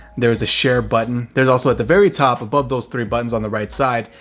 there's a share button. there's also at the very top above those three buttons on the right side,